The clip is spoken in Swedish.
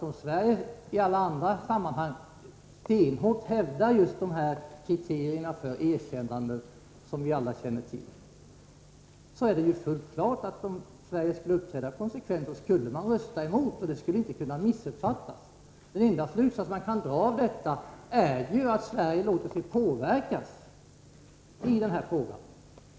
Om Sverige i alla andra sammanhang benhårt hävdar dessa kriterier för erkännande som vi alla känner till är det fullt klart att Sverige för att uppträda konsekvent skulle rösta emot. Det skulle inte kunna missuppfattas. Den enda slutsats man kan dra av detta är att Sverige låter sig påverkas i denna fråga.